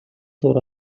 зуур